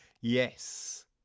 yes